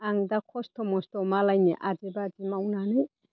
आं दा खस्थ' मस्थ' मालायनि आदि बादि मावनानै